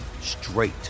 straight